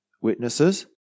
witnesses